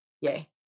Yay